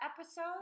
episode